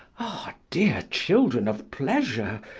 ah! dear children of pleasure,